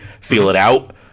feel-it-out